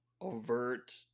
overt –